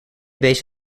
base